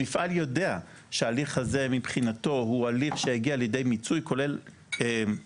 המפעל יודע שהליך הזה מבחינתו הוא הליך שהגיע לידי מיצוי כולל משמעויות